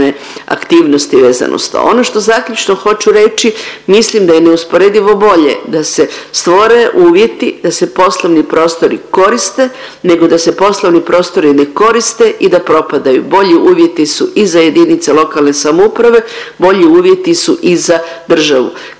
aktivnosti vezane uz to. Ono što zaključno hoću reći, mislim da je neusporedivo bolje da se stvore uvjeti da se poslovni prostori koriste nego da se poslovni prostori ne koriste i da propadaju. Bolji uvjeti su i za jedinice lokalne samouprave, bolji uvjeti su i za državu.